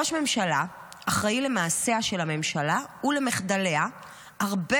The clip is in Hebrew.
ראש ממשלה אחראי למעשיה של הממשלה ולמחדליה הרבה